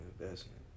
investment